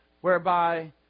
whereby